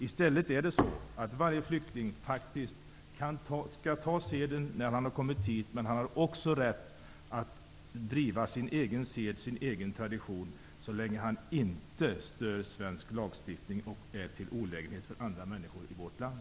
I stället skall varje flykting faktiskt ta seden här när han har kommit hit, men han har också rätt att driva sin egen tradition så länge han inte stör svensk lagstiftning och är till olägenhet för andra människor i vårt land.